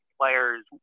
players